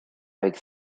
avec